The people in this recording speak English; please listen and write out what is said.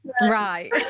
right